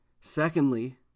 Secondly